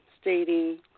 Stating